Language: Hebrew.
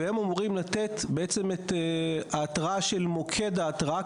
והם אמורים לתת את ההתרעה של מוקד ההתרעה,